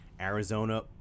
Arizona